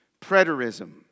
Preterism